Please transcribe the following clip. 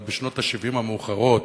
בשנות ה-70 המאוחרות,